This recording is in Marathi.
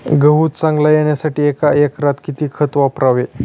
गहू चांगला येण्यासाठी एका एकरात किती खत वापरावे?